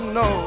no